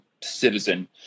citizen